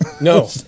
No